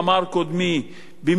במידה שלא ייעשה,